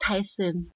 Tyson